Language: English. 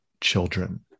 children